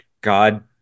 God